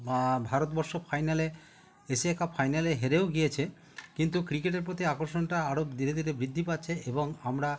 ভারতবর্ষ ফাইনালে Asia cup ফাইনালে হেরেও গিয়েছে কিন্তু ক্রিকেটের প্রতি আকর্ষণটা আরো ধীরে ধীরে বৃদ্ধি পাচ্ছে এবং আমরা